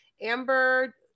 amber